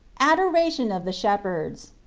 adoration of the shepherds.